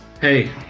Hey